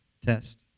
Test